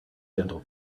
gentle